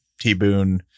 T-Boone